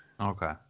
Okay